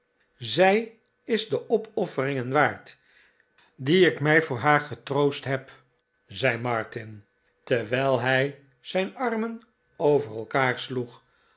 zij is de opofferingen waard die ik mij voor haar getroost heb zei martin terwijl hij zijn armen over elkaar sloeg